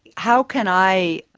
how can i